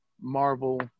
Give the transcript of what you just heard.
Marvel